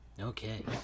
okay